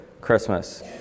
Christmas